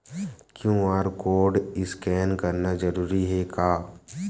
QR code scan करना जरूरी हे का?